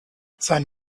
sein